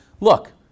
look